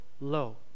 low